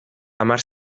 hamar